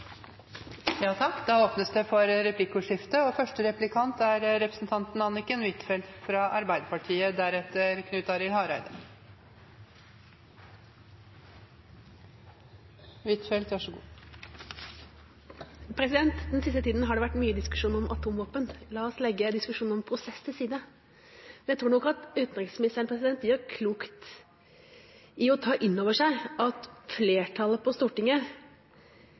åpnes for replikkordskifte. Den siste tida har det vært mye diskusjon om atomvåpen. La oss legge diskusjonen om prosess til side. Jeg tror nok at utenriksministeren gjør klokt i å ta inn over seg at flertallet på Stortinget